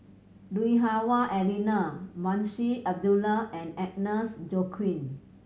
Lui Hah Wah Elena Munshi Abdullah and Agnes Joaquim